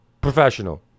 professional